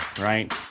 right